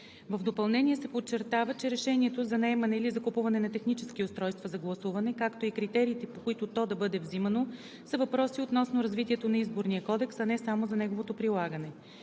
В допълнение се подчертава, че решението за наемане или закупуване на технически устройства за гласуване, както и критериите, по които то да бъде взимано, са въпроси относно развитието на Изборния кодекс, а не само за неговото прилагане.